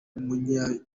w’umunya